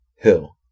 Hill